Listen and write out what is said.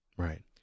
Right